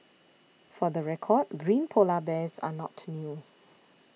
for the record green Polar Bears are not new